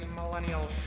Millennial